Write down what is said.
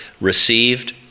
received